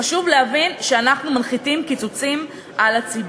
חשוב להבין שאנחנו מנחיתים קיצוצים על הציבור.